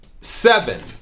Seven-